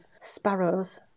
sparrows